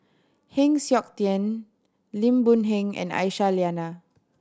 Heng Siok Tian Lim Boon Heng and Aisyah Lyana